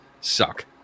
suck